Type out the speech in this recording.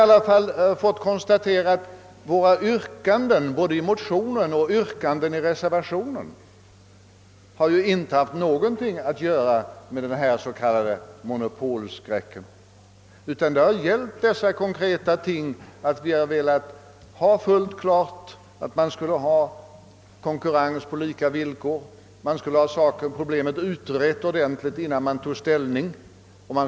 Jag vill i alla händelser konstatera att yrkandena varken i den nämnda motionen eller i reservationerna har varit föranledda av något slags »monopolskräck», utan har inneburit konkreta krav. Vi har yrkat på en konkurrens på lika villkor och har velat få problemet ordentligt utrett innan ställning skulle tas.